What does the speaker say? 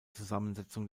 zusammensetzung